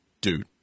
dude